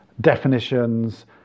definitions